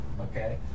okay